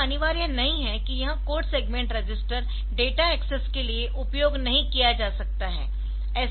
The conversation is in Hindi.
यह अनिवार्य नहीं है कि यह code segment register data access के लिए उपयोग नहीं किया जा सकता है